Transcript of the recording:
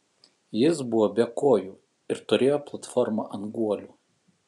jis buvo be kojų ir turėjo platformą ant guolių